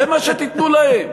זה מה שתיתנו להם?